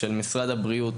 של משרד הבריאות,